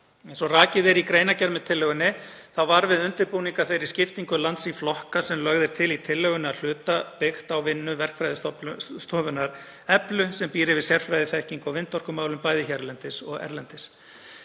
Eins og rakið er í greinargerð með tillögunni þá var við undirbúning að þeirri skiptingu lands í flokka sem lögð er til í tillögunni að hluta byggt á vinnu verkfræðistofunnar Eflu sem býr yfir sérfræðiþekkingu á vindorkumálum bæði hérlendis og erlendis.